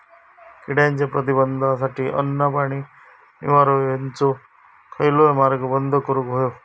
किड्यांच्या प्रतिबंधासाठी अन्न, पाणी, निवारो हेंचो खयलोय मार्ग बंद करुक होयो